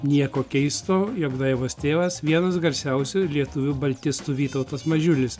nieko keisto jog daivos tėvas vienas garsiausių lietuvių baltistų vytautas mažiulis